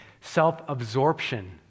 self-absorption